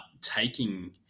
taking